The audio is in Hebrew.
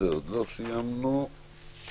יעברו תחום תחום